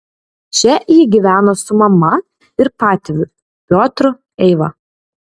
čia ji gyveno su mama ir patėviu piotru eiva